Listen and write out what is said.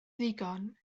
ddigon